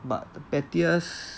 but the pettiest